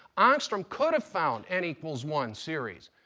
angstrom could have found n equals one series,